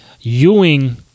Ewing